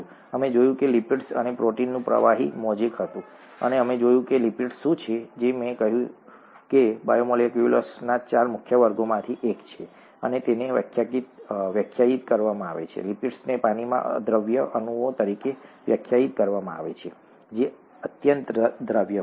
અમે જોયું કે તે લિપિડ્સ અને પ્રોટીનનું પ્રવાહી મોઝેક હતું અને અમે જોયું કે લિપિડ્સ શું છે જે મેં કહ્યું હતું કે બાયોમોલેક્યુલ્સના ચાર મુખ્ય વર્ગોમાંથી એક છે અને તેને વ્યાખ્યાયિત કરવામાં આવે છે લિપિડ્સને પાણીમાં અદ્રાવ્ય અણુઓ તરીકે વ્યાખ્યાયિત કરવામાં આવે છે જે અત્યંત દ્રાવ્ય હોય છે